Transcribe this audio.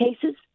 cases